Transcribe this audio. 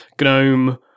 GNOME